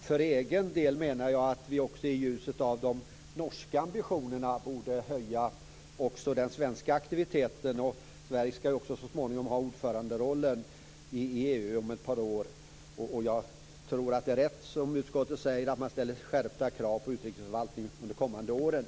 För egen del menar jag att vi också i ljuset av de norska ambitionerna borde höja den svenska aktiviteten. Sverige skall ju också så småningom ha ordföranderollen i EU om ett par år. Jag tror att det är rätt som utskottet säger att det ställs skärpta krav på utrikesförvaltningen under de kommande åren.